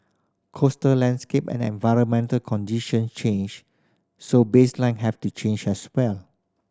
coastal landscape and environmental condition change so baseline have to change as well